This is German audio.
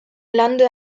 lande